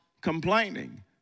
complaining